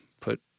put